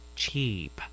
cheap